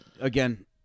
again